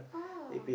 !wah!